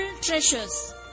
Treasures